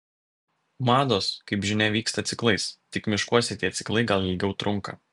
mados kaip žinia vyksta ciklais tik miškuose tie ciklai gal ilgiau trunka